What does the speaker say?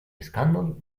escàndol